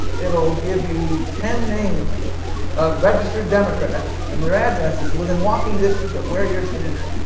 it'll give you ten names of registered democrats, and their addresses, within walking distance of where you're standing.